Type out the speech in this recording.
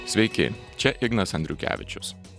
sveiki čia ignas andriukevičius